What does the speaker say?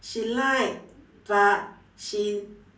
she like but she